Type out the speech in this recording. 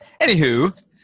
anywho